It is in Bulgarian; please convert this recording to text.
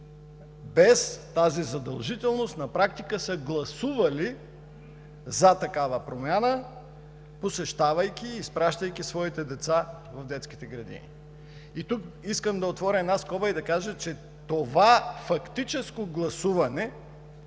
без тази задължителност, на практика са гласували за такава промяна, посещавайки и изпращайки своите деца в детските градини. Тук искам да отворя скоба и да кажа, че това фактическо гласуване